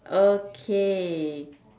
okay